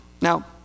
Now